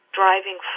driving